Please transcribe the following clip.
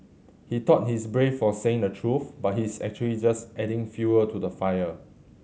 he thought he's brave for saying the truth but he's actually just adding fuel to the fire